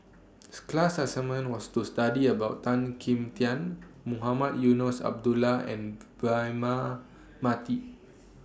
class assignment was to study about Tan Kim Tian Mohamed Eunos Abdullah and Braema Mathi